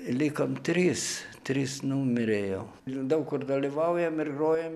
likom trys trys numirė jau daug kur dalyvaujam ir grojame